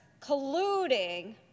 colluding